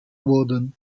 wurden